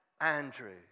Andrew